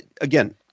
again